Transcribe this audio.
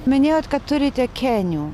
minėjot kad turite kėnių